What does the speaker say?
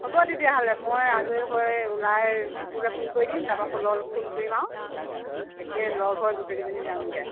হ'ব তেতিয়াহ'লে মই আজৰি হৈ ওলাই তোলৈ ফোন কৰি দিম তাৰপৰা ফুলক ফোন কৰিম আৰু একে লগ হৈ গোটেইকেইজনী যামগৈ আৰু